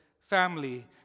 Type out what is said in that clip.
family